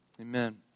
Amen